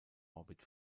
orbit